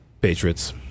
Patriots